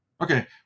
Okay